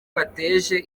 bateje